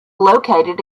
located